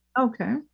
okay